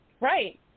Right